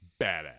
Badass